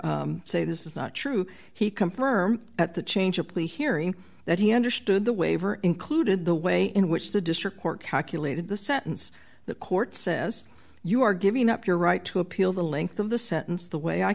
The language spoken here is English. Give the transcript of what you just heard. or say this is not true he confirmed at the change of plea hearing that he understood the waiver included the way in which the district court calculated the sentence the court says you are giving up your right to appeal the length of the center the way i